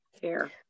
fair